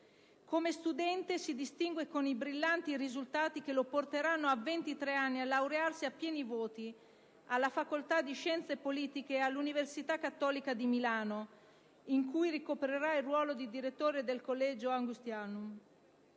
Come studente, si distingue per i brillanti risultati che lo porteranno, a 23 anni, a laurearsi a pieni voti alla facoltà di scienze politiche dell'Università Cattolica di Milano, dove ricoprirà il ruolo di direttore del Collegio Augustinianum.